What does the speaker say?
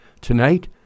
tonight